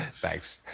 thanks.